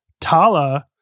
Tala